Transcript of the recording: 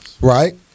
Right